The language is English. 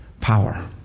power